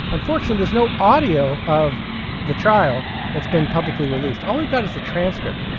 unfortunate. there's no audio of the trial that's been publicly released. all we've got is the transcript.